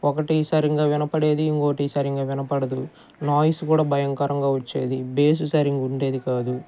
ఒకటి సరిగా వినపడేది ఇంకోటి సరిగా వినపడదు నాయిస్ కూడా భయంకరంగా వచ్చేది బేసు సరిగా ఉండేది కాదు